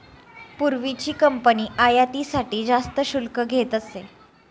पूर्वीची कंपनी आयातीसाठी जास्त शुल्क घेत असे